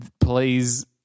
please